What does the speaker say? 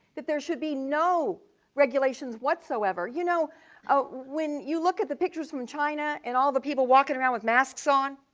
there should be no regulations whatsoever. you know ah when you look at the pictures from china and all the people walking around with masks on,